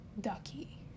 Ducky